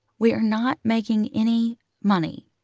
we are not making any money,